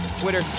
Twitter